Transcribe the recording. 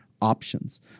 options